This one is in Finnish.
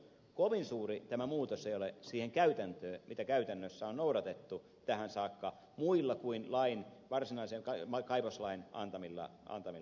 kovin suuri tämä muutos ei ole verrattuna siihen käytäntöön mitä käytännössä on noudatettu tähän saakka muilla kuin lain varsinaisen kaivoslain antamilla määräyksillä